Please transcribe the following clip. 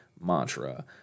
mantra